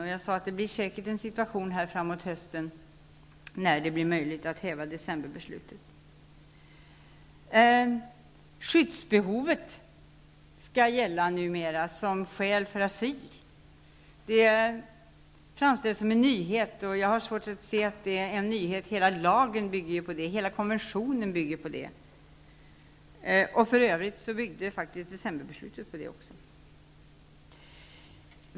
Jag sade då att det säkert blir en situation framåt hösten då det blir möjligt att upphäva decemberbeslutet. Skyddsbehovet skall numera gälla som skäl för asyl. Det framställs som en nyhet. Jag har svårt att se att det skulle vara någon nyhet. Hela lagen och konventionen bygger på det -- för övrigt byggde även decemberbeslutet på det.